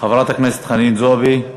חברת הכנסת חנין זועבי,